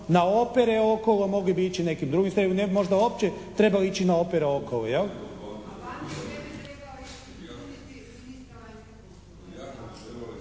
na opere okolo, mogli bi ići nekim drugim sredstvima. Ne bi možda uopće trebali ići na opere okolo,